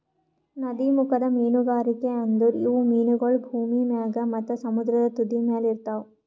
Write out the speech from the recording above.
ನದೀಮುಖದ ಮೀನುಗಾರಿಕೆ ಅಂದುರ್ ಇವು ಮೀನಗೊಳ್ ಭೂಮಿ ಮ್ಯಾಗ್ ಮತ್ತ ಸಮುದ್ರದ ತುದಿಮ್ಯಲ್ ಇರ್ತಾವ್